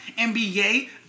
NBA